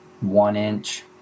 one-inch